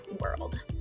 world